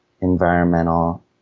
environmental